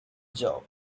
job